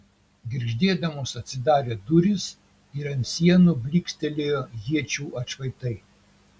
girgždėdamos atsidarė durys ir ant sienų blykstelėjo iečių atšvaitai